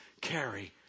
carry